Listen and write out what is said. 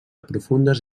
profundes